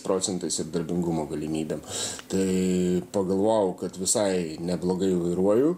procentais ir darbingumo galimybėm tai pagalvojau kad visai neblogai vairuoju